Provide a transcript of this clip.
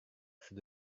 c’est